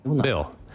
Bill